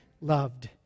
loved